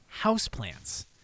houseplants